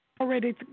already